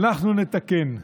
אנחנו נתקן.